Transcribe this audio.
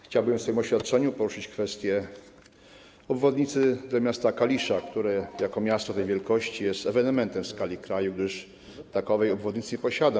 Chciałbym w swym oświadczeniu poruszyć kwestię obwodnicy dla miasta Kalisza, które jako miasto tej wielkości jest ewenementem w skali kraju, gdyż takowej obwodnicy nie posiada.